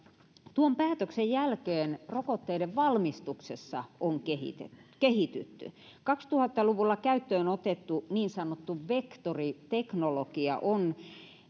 tuon päätöksen jälkeen rokotteiden valmistuksessa on kehitytty kaksituhatta luvulla käyttöön otettu niin sanottu vektoriteknologia on